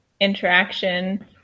interaction